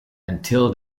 until